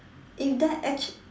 if that actual~